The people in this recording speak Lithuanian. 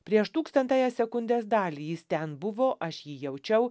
prieš tūkstantąją sekundės dalį jis ten buvo aš jį jaučiau